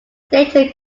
data